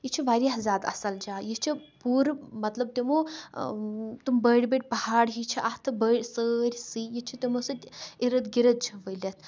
یہِ چھِ واریاہ زیادٕ اصل جاے یہِ چھِ پوٗرٕ مطلب تمو تِم بٔڑۍ بٔڑۍ پہاڑ ہی چھِ اتھ بٔڑۍ سٲرسٕے یہِ چھ تمو سۭتۍ اِرد گِرد چھِ ؤلتھ